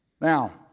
Now